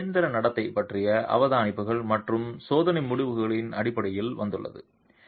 இது இயந்திர நடத்தை பற்றிய அவதானிப்புகள் மற்றும் சோதனை முடிவுகளின் அடிப்படையில் வந்துள்ளது